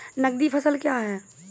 नगदी फसल क्या हैं?